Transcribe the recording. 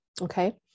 okay